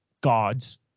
gods